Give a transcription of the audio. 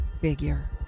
figure